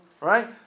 right